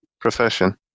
profession